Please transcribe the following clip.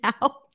now